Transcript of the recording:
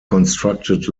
constructed